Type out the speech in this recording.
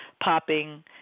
popping